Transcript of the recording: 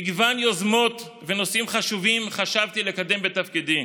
מגוון יוזמות ונושאים חשובים חשבתי לקדם בתפקידי,